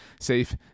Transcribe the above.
safe